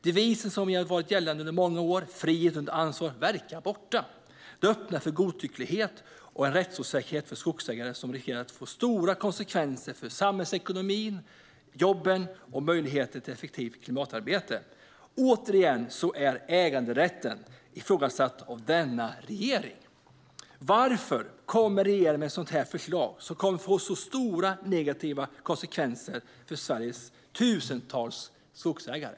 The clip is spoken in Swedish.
Den devis som har varit gällande under många år, frihet under ansvar, verkar vara borta. Det öppnar för godtycklighet och en rättsosäkerhet för skogsägare som riskerar att få stora konsekvenser för samhällsekonomin, jobben och möjligheten till effektivt klimatarbete. Återigen är äganderätten ifrågasatt av denna regering. Varför kommer regeringen med ett sådant här förslag, som kommer att få stora negativa konsekvenser för Sveriges tusentals skogsägare?